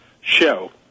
show